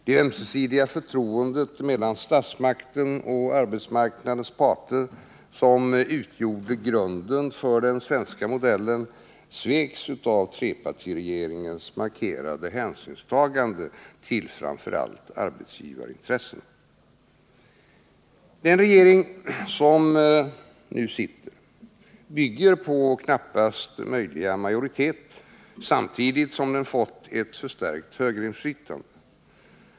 Det ömsesidiga förtroendet mellan statsmakten och arbetsmarknadens parter, som utgjorde grunden för den svenska modellen, sveks av trepartiregeringens markerade hänsynstaganden till framför allt arbetsgivarintressen. Den regering som nu sitter bygger på knappast möjliga majoritet, samtidigt som den fått ett förstärkt högerinflytande.